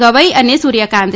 ગવઈ અને સુર્થકાંત